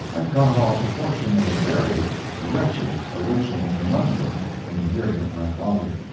and got off a portion of a very wretched original conundrum in the hearing of my father.